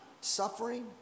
suffering